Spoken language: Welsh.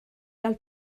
gael